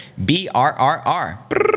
BRRR